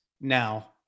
now